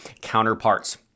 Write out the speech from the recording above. counterparts